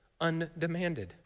undemanded